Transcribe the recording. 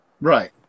Right